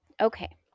Okay